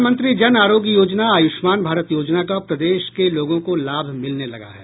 प्रधानमंत्री जन आरोग्य योजना आयुष्मान भारत योजना का प्रदेश के लोगों को लाभ मिलने लगा है